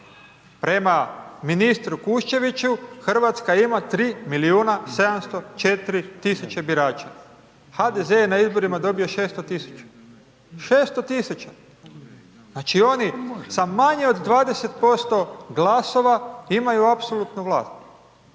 Prema ministru Kuščeviću, Hrvatska ima 3 milijuna 704 tisuće birača. HDZ je na izborima dobio 600 tisuća, 600 tisuća. Znači oni sa manje od 20% glasova, imaju apsolutnu vlast.